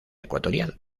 ecuatorial